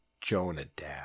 jonadab